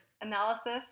analysis